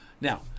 Now